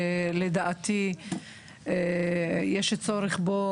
שלדעתי יש כבר מזמן צורך בו,